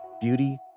beauty